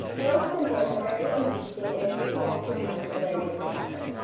willow has enjoyed a very engaging and enthusiastic month of learning in december.